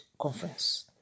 conference